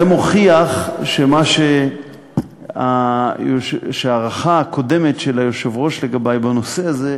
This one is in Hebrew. זה מוכיח שההערכה הקודמת של היושב-ראש לגבי בנושא הזה,